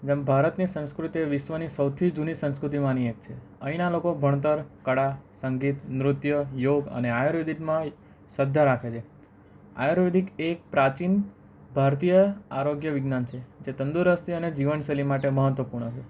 એમ ભારતની સંસ્કૃતિ એ વિશ્વની સૌથી જૂની સંસ્કૃતિમાંની એક છે અહીંના લોકો ભણતર કળા સંગીત નૃત્ય યોગ અને આયુર્વેદિકમાં શ્રદ્ધા રાખે છે આયુર્વેદિક એક પ્રાચીન ભારતીય આરોગ્ય વિજ્ઞાન છે જે તંદુરસ્તી અને જીવનશૈલી માટે મહત્ત્વપૂર્ણ છે